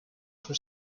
per